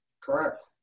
Correct